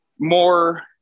more